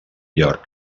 york